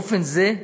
באופן זה,